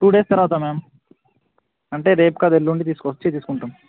two days తర్వాత ma'am అంటే రేపు కాదు ఎల్లుండి తీసుకొచ్చి తీసుకుంటాం